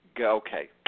Okay